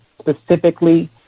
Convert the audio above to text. specifically